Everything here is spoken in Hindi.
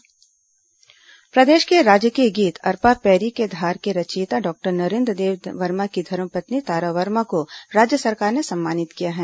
तारा वर्मा सम्मानित प्रदेश के राजकीय गीत अरपा पैरी के धार के रचियता डॉक्टर नरेन्द्र देव वर्मा की धर्मपत्नी तारा वर्मा को राज्य सरकार ने सम्मानित किया है